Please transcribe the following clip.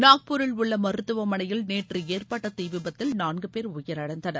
நாக்பூரில் உள்ள மருத்துவமனையில் நேற்று ஏற்பட்ட தீ விபத்தில் நான்கு பேர் உயிரிழந்தனர்